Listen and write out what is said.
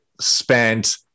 spent